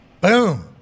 Boom